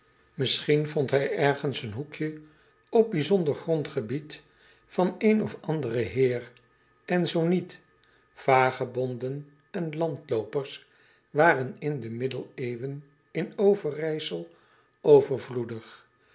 isschien vond hij ergens een hoekje op bijzonder grondgebied van een of anderen eer en zoo niet vagebonden en landloopers waren in de middeleeuwen in verijsel overvloedig